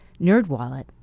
NerdWallet